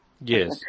Yes